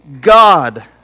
God